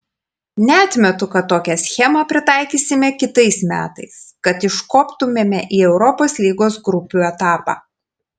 neatmetu kad tokią schemą pritaikysime kitais metais kad iškoptumėme į europos lygos grupių etapą